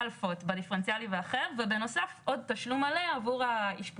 עמדתם מאחורינו, עודדתם אותנו, באתם לבקר.